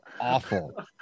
Awful